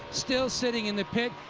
still sitting in the pits.